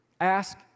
Ask